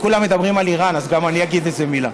כולם מדברים על איראן, אז גם אני אגיד איזו מילה.